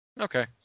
Okay